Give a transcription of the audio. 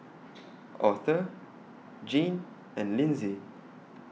Author Gene and Linsey